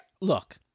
Look